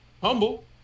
Humble